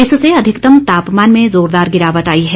इससे अधिकतम तापमान में जोरदार गिरावट आई है